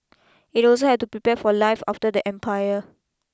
it also had to prepare for life after the empire